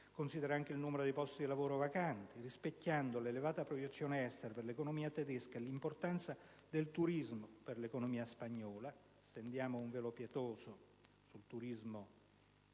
considera anche il numero dei posti di lavoro vacanti. Rispecchiando l'elevata proiezione estera dell'economia tedesca e l'importanza del turismo per l'economia spagnola - stendiamo un velo pietoso sul turismo in